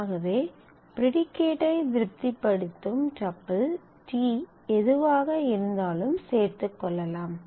ஆகவே ப்ரீடிகேட் ஐ திருப்திப்படுத்தும் டப்பிள் t எதுவாக இருந்தாலும் சேர்த்துக் கொள்ளலாம்